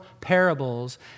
parables